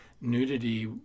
nudity